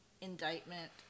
Indictment